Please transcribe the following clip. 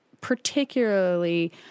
particularly